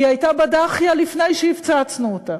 והיא הייתה בדאחייה, לפני שהפצצנו אותה.